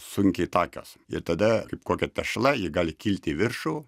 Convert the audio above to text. sunkiai takios ir tada kaip kokia tešla ji gali kilt į viršų